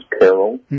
Carol